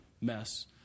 mess